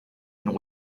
and